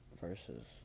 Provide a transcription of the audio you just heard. versus